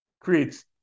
creates